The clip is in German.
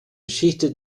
geschichte